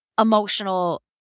emotional